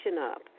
up